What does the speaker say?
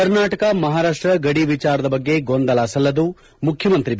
ಕರ್ನಾಟಕ ಮಹಾರಾಷ್ಷ ಗಡಿ ವಿಚಾರದ ಬಗ್ಗೆ ಗೊಂದಲ ಸಲ್ಲದು ಮುಖ್ಚಮಂತ್ರಿ ಬಿ